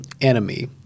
enemy